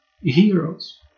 heroes